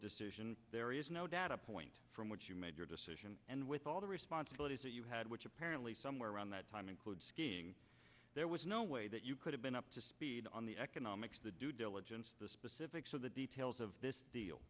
decision there is no data point from which you made your decision and with all the responsibilities that you had which apparently somewhere around that time include skiing there was no way that you could have been up to speed on the economics the due diligence the specifics of the details of this deal